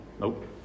Nope